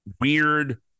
weird